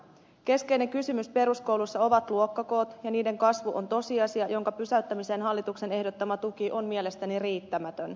keskeinen kysymys peruskouluissa ovat luokkakoot ja niiden kasvu on tosiasia jonka pysäyttämiseen hallituksen ehdottama tuki on mielestäni riittämätön